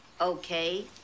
Okay